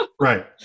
Right